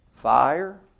Fire